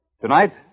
Tonight